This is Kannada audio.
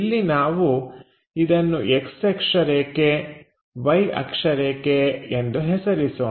ಇಲ್ಲಿ ನಾವು ಇದನ್ನು X ಅಕ್ಷರೇಖೆ Y ಅಕ್ಷರೇಖೆ ಎಂದು ಹೆಸರಿಸೋಣ